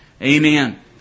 Amen